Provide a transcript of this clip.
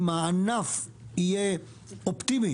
אם הענף יהיה אופטימי,